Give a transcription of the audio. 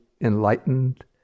enlightened